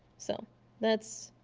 so that's